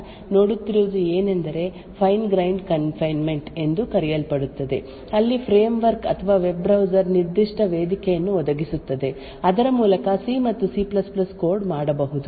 ನಾವು ಇಂದು ನೋಡುತ್ತಿರುವುದು ಉತ್ತಮ ಮಾರ್ಗ ಅಥವಾ ಈ ಪರಿಸ್ಥಿತಿಯನ್ನು ನಿಭಾಯಿಸಲು ಆದ್ದರಿಂದ ನೋಡುತ್ತಿರುವುದು ಏನೆಂದರೆ ಫೈನ್ ಗ್ರೈನ್ಡ್ ಕನ್ ಫೈನ್ಮೆಂಟ್ ಎಂದು ಕರೆಯಲ್ಪಡುತ್ತದೆ ಅಲ್ಲಿ ಫ್ರೇಮ್ವರ್ಕ್ ಅಥವಾ ವೆಬ್ ಬ್ರೌಸರ್ ನಿರ್ದಿಷ್ಟ ವೇದಿಕೆಯನ್ನು ಒದಗಿಸುತ್ತದೆ ಅದರ ಮೂಲಕ ಸಿ ಮತ್ತು ಸಿ C ಕೋಡ್ ಮಾಡಬಹುದು